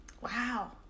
wow